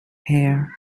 pair